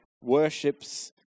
worships